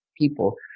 people